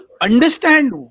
understand